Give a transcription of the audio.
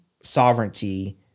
sovereignty